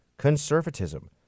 conservatism